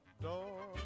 door